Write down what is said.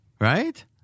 right